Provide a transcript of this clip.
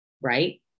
right